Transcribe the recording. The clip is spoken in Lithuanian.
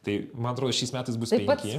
tai man atrodo šiais metais bus penki